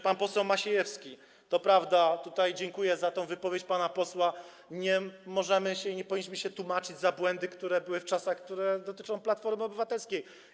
Pan poseł Maciejewski - to prawda, dziękuję za tę wypowiedź pana posła, nie możemy i nie powinniśmy się tłumaczyć z błędów, które były w czasach, które dotyczą Platformy Obywatelskiej.